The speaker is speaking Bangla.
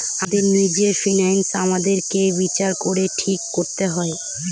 আমাদের নিজের ফিন্যান্স আমাদেরকে বিচার করে ঠিক করতে হয়